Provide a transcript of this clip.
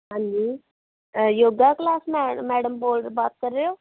ਹਾਂਜੀ ਅ ਯੋਗਾ ਕਲਾਸ ਮੈ ਮੈਡਮ ਬੋਲ ਬਾਤ ਕਰ ਰਹੇ ਹੋ